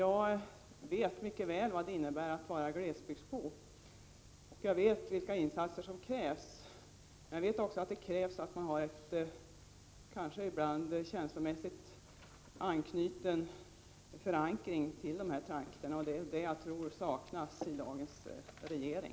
Jag vet mycket väl vad det innebär att vara glesbygdsbo, och jag vet vilka insatser som krävs. Jag vet också att det kanske ibland krävs att man har en känslomässig förankring till de här trakterna, och det är det som jag tror saknas i dagens regering.